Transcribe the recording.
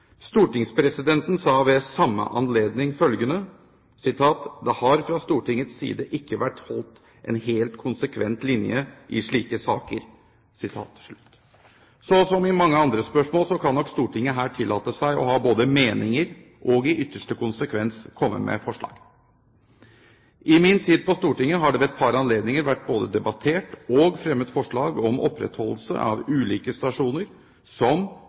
Stortingspresidenten sa ved samme anledning at det fra Stortingets side ikke har vært holdt en helt konsekvent linje i slike saker. Så som i mange andre spørsmål kan nok Stortinget her tillate seg både å ha meninger og i ytterste konsekvens komme med forslag. I min tid på Stortinget har det ved et par anledninger vært både debattert og fremmet forslag om opprettholdelse av ulike stasjoner som ulike regjeringer har ønsket å nedlegge. Stortingets påvirkning har også ført til resultater, som